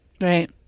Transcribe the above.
Right